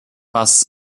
was